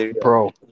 Bro